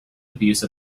abuse